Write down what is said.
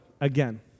again